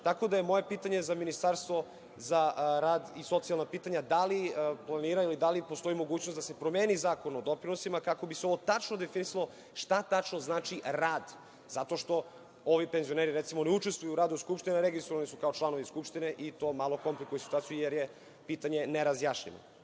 da je moje Ministarstvo za rad i socijalna pitanja, da li planiraju i da li postoji mogućnost da se promeni Zakon o doprinosima kako bi se ovo tačno definisalo šta tačno znači rad? Zato što ovi penzioneri, recimo, ne učestvuju u radu skupštine, a registrovani su kao članovi skupštine i to malo komplikuje situaciju, jer je pitanje nerazjašnjeno. Drugo